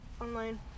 Online